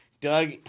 Doug